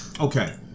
okay